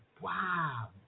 wow